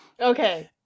Okay